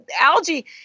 algae